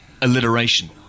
alliteration